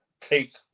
take